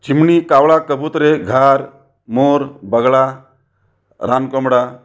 चिमणी कावळा कबुतरे घार मोर बगळा रानकोंबडा